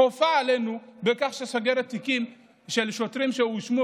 כופה עלינו בכך שהיא סוגרת תיקים של שוטרים